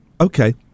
Okay